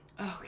Okay